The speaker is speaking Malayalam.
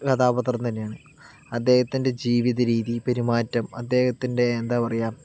കഥാപാത്രം തന്നെയാണ് അദ്ദേഹത്തിൻ്റെ ജീവിത രീതി പെരുമാറ്റം അദ്ദേഹത്തിൻ്റെ എന്താ പറയുക